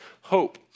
hope